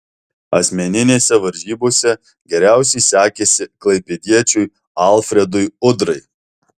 asmeninėse varžybose geriausiai sekėsi klaipėdiečiui alfredui udrai